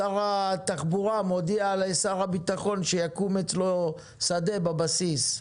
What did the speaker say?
שר התחבורה מודיע לשר הביטחון שיקום אצלו שדה בבסיס.